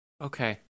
Okay